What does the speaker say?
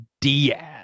Diaz